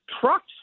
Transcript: trucks